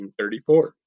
1934